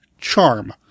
charm